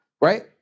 right